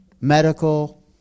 Medical